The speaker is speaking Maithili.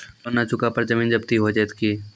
लोन न चुका पर जमीन जब्ती हो जैत की?